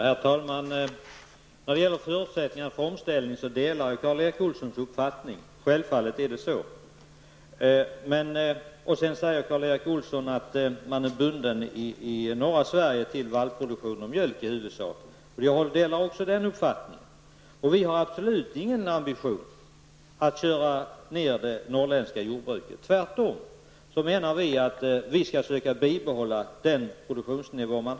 Herr talman! När det gäller förutsättningarna för omställningen delar jag Karl Erik Olssons uppfattning. Självfallet är det så. Karl Erik Olsson säger att man i norra Sverige i huvudsak är bunden till vallproduktion och produktion av mjölk. Jag delar även den uppfattningen. Vi har definitivt ingen ambition att köra ned det norrländska jordbruket. Vi menar tvärtom att vi skall försöka bibehålla den produktionsnivå som finns.